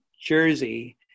jersey